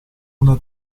una